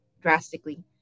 drastically